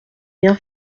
bien